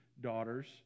daughters